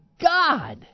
God